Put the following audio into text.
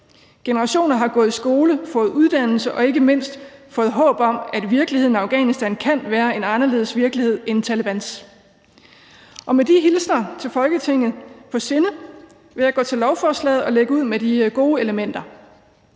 Generationer har gået i skole, fået uddannelse og ikke mindst fået håb om, at virkeligheden i Afghanistan kan være en anderledes virkelighed end Talebans. Med de hilsner til Folketinget på sinde vil jeg gå til lovforslaget og lægge ud med de gode elementer: